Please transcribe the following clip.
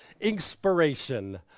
Inspiration